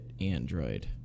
Android